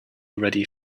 already